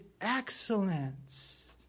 excellence